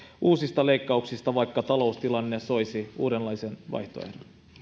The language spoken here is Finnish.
uusista leikkauksista vaikka taloustilanne soisi uudenlaisen vaihtoehdon